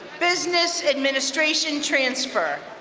business administration transfer.